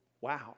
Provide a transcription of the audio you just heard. Wow